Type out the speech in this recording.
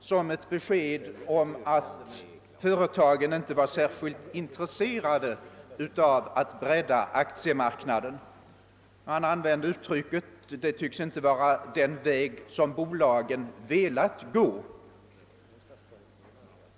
som ett besked om att företagen inte var särskilt intresserade av att bredda aktiemarknaden. Han använde uttrycket »det tycks inte vara den väg som bolagen velat gå».